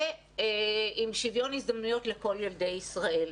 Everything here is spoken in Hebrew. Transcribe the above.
ועם שוויון הזדמנויות לכל ילדי ישראל.